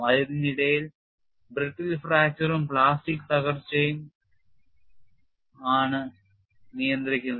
അതിനിടയിൽ brittle fracture ഉം plastic തകർച്ചയും ആണ് നിയന്ത്രിക്കുന്നത്